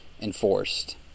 enforced